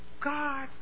God